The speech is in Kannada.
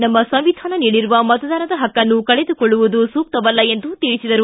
ನಮ್ಮ ಸಂವಿಧಾನ ನೀಡಿರುವ ಮತದಾನದ ಹಕ್ಕನ್ನು ಕಳೆದುಕೊಳ್ಳುವುದು ಸೂಕ್ತವಲ್ಲ ಎಂದು ತಿಳಿಸಿದರು